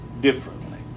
differently